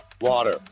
Water